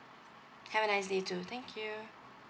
have a nice day too thank you